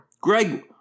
Greg